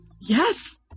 yes